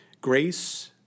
Grace